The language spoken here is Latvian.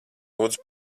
lūdzu